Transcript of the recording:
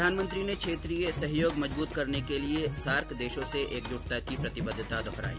प्रधानमंत्री ने क्षेत्रीय सहयोग मजबूत करने के लिए सार्क देशों से एकजुटता की प्रतिबद्धता दौहराई